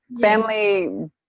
family